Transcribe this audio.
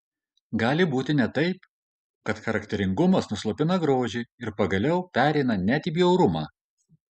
gali būti net taip kad charakteringumas nuslopina grožį ir pagaliau pereina net į bjaurumą